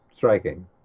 Striking